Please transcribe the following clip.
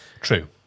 True